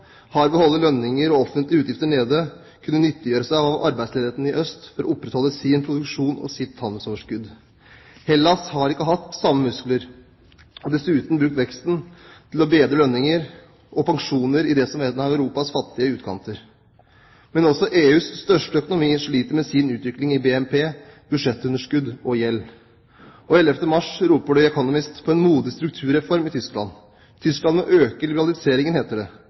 har ved å holde lønninger og offentlige utgifter nede kunnet nyttiggjøre seg arbeidsledigheten i øst til å opprettholde sin produksjon og sitt handelsoverskudd. Hellas har ikke hatt samme muskler og dessuten brukt veksten til å bedre lønninger og pensjoner i det som var en av Europas fattige utkanter. Men også EUs største økonomi sliter med sin utvikling i BNP, budsjettunderskudd og gjeld. Og 11. mars roper The Economist på en modig strukturreform i Tyskland. Tyskland må øke globaliseringen, heter det.